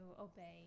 obey